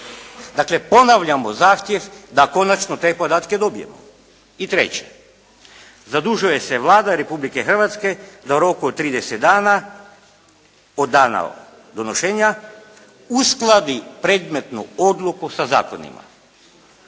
Dakle, ponavljamo zahtjev da konačno te podatke dobijemo. I treće. Zadužuje se Vlada Republike Hrvatske da u roku od 30 dana od dana donošenja uskladi predmetnu odluku za zakonima.